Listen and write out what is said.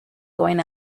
going